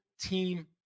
team